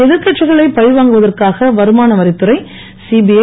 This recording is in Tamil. எதிர்கட்சிகளை பழிவாங்குவதற்காக வருமான வரித்துறை சிபிஐ